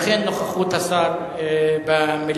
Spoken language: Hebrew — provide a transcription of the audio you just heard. לכן נוכחות השר במליאה.